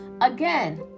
Again